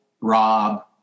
Rob